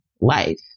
life